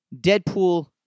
Deadpool